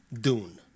Dune